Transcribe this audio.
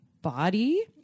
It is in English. body